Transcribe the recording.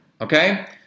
okay